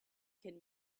can